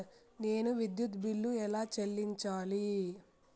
నేను విద్యుత్ బిల్లు ఎలా చెల్లించాలి?